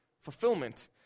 fulfillment